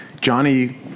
Johnny